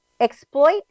exploit